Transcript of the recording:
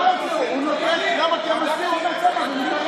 תן לו, תן לו הנחיה, תן